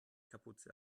kapuze